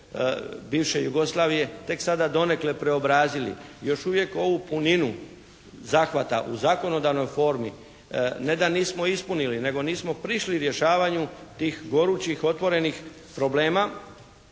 bivše Jugoslavije tek sada donekle preobrazili. Još uvijek ovu puninu zahvata u zakonodavnoj formi ne da nismo ispunili nego nismo prišli rješavanju tih gorućih otvorenih problema